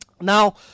Now